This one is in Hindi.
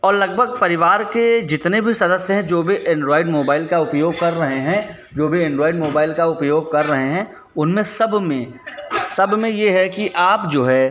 और लगभग परिवार के जितने भी सदस्य हैं जो भी एंड्रॉइड मोबाइल का उपयोग कर रहे हैं जो भी एंड्रॉइड मोबाइल का उपयोग कर रहे हैं उनमें सबमें सबमें यह है कि आप जो है